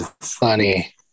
Funny